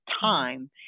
time